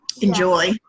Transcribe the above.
enjoy